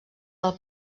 del